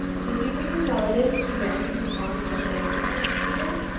did you and your relatives come down from the far north alone? asked peter.